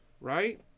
Right